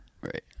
right